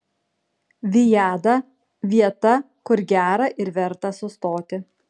viada vieta kur gera ir verta sustoti